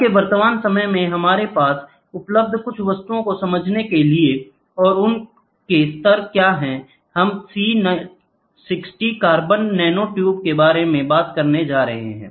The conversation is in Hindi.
आज के वर्तमान समय में हमारे पास उपलब्ध कुछ वस्तुओं को समझने के लिए और उनके स्तर क्या हैं हम C60 कार्बन नैनोट्यूब के बारे में बात करने जा रहे हैं